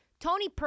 Tony